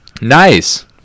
Nice